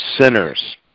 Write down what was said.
Sinners